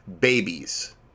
babies